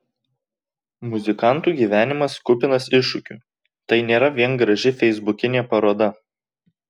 muzikantų gyvenimas kupinas iššūkių tai nėra vien graži feisbukinė paroda